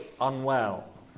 unwell